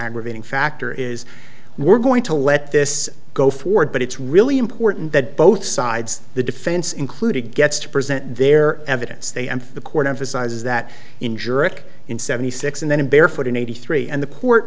aggravating factor is we're going to let this go forward but it's really important that both sides the defense included gets to present their evidence they and the court emphasizes that in juric in seventy six and then in barefoot in eighty three and the court